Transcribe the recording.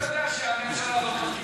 הרי אתה יודע שהממשלה הזאת לא תיפול,